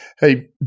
Hey